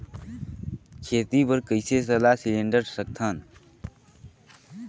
खेती बर कइसे सलाह सिलेंडर सकथन?